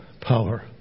power